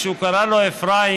כשהוא קרא לו אפרים,